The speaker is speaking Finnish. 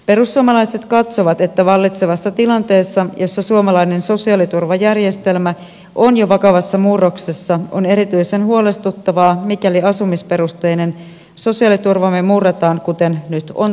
perussuomalaiset katsovat että vallitsevassa tilanteessa jossa suomalainen sosiaaliturvajärjestelmä on jo vakavassa murroksessa on erityisen huolestuttavaa mikäli asumisperusteinen sosiaaliturvamme murretaan kuten nyt on tapahtumassa